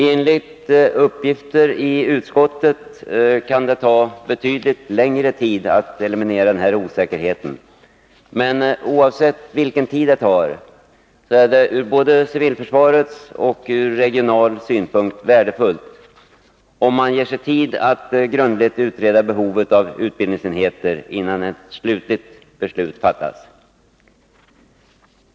Enligt uppgifter i utskottet kan det ta betydligt längre tid att eliminera den här osäkerheten, men oavsett vilken tid det tar är det ur både civilförsvarets och ur regional synpunkt värdefullt att man ger sig tid att grundligt utreda behovet av utbildningsenheter innan ett slutligt beslut faitas.